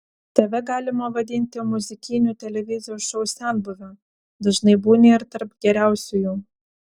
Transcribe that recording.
tave galima vadinti muzikinių televizijos šou senbuve dažnai būni ir tarp geriausiųjų